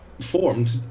formed